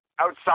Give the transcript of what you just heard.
outside